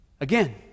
Again